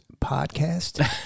podcast